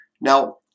Now